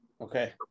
Okay